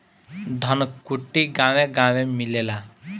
धनकुट्टी गांवे गांवे मिलेला